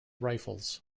rifles